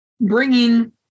bringing